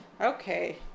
okay